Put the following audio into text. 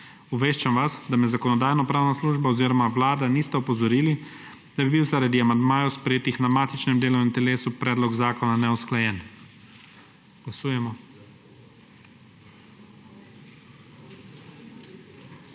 Obveščam vas, da me Zakonodajno-pravna služba oziroma Vlada nista opozorili, da bi bil zaradi amandmajev, sprejetih na matičnem delovnem telesu, predlog zakona neusklajen. Glasujemo.